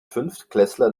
fünftklässler